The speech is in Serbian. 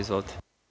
Izvolite.